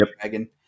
Dragon